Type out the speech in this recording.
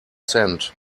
sent